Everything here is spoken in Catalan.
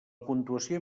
puntuació